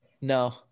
No